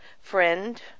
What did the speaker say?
friend